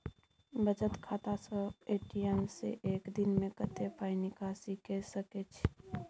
बचत खाता स ए.टी.एम से एक दिन में कत्ते पाई निकासी के सके छि?